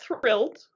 thrilled